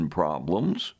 problems